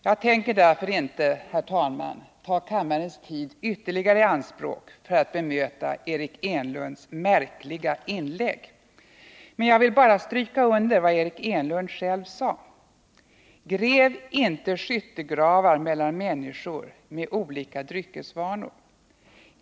Jag tänker därför inte, herr talman, ta kammarens tid ytterligare i anspråk för att bemöta Eric Enlunds märkliga inlägg. Jag vill bara stryka under vad Eric Enlund själv sade: Gräv inte skyttegravar mellan människor med olika dryckesvanor!